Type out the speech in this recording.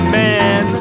man